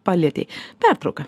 palietei pertrauka